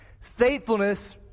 faithfulness